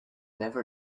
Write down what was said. never